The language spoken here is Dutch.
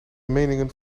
meningen